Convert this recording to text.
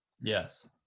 Yes